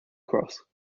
cross